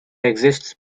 exists